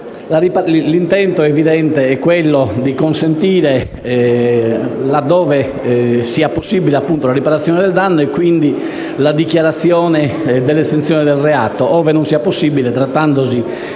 L'intento - è evidente - è quello di consentire, laddove possibile, la riparazione del danno e, quindi, la dichiarazione dell'estinzione del reato. Ove ciò non sia possibile, trattandosi